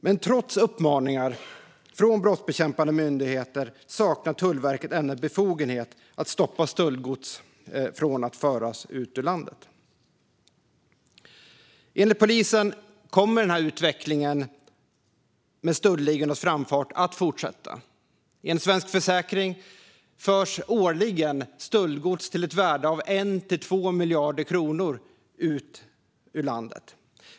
Men trots uppmaningar från brottsbekämpande myndigheter saknar Tullverket ännu befogenhet att stoppa stöldgods från att föras ut ur landet. Enligt polisen kommer utvecklingen med stöldligornas framfart att fortsätta. Enligt Svensk Försäkring förs årligen stöldgods till ett värde av 1-2 miljarder kronor ut ur landet.